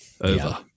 over